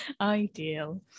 ideal